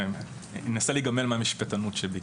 אני אנסה להיגמל מהמשפטנות שבי.